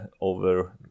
over